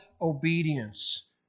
obedience